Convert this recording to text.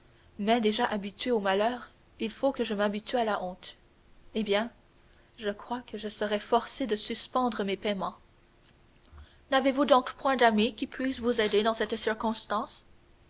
mais déjà habitué au malheur il faut que je m'habitue à la honte eh bien je crois que je serais forcé de suspendre mes paiements n'avez-vous donc point d'amis qui puissent vous aider dans cette circonstance